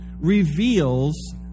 reveals